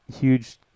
huge